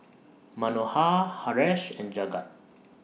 Manohar Haresh and Jagat